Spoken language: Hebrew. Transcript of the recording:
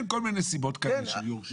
כן, כל מיני סיבות כאלה של יורשים.